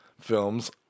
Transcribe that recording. films